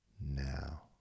Now